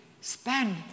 spend